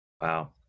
Wow